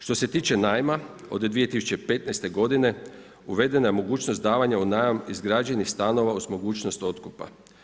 Što se tiče najma od 2015. godine uvedena je mogućnost davanja u najam izgrađenih stanova uz mogućnost otkupa.